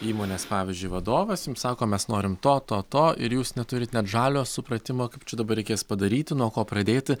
įmonės pavyzdžiui vadovas sako mes norim to to to ir jūs neturite net žalio supratimo kaip čia dabar reikės padaryti nuo ko pradėti